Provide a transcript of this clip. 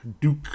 Duke